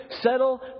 settle